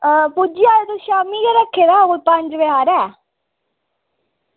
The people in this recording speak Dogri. पुज्जी जाएओ कोई तुस शामीं गै रक्खे दा कोई पंज बजे हारे